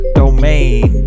domain